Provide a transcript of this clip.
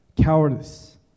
cowardice